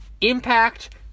impact